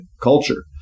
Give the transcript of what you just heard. culture